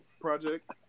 Project